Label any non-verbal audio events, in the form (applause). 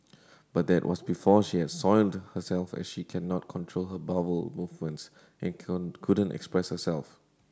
but that was before she had soiled herself as she cannot control her (unintelligible) movements and (unintelligible) couldn't express herself